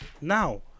now